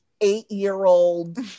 eight-year-old